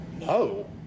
No